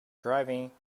driving